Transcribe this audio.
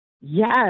Yes